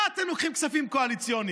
מה אתם לוקחים כספים קואליציוניים?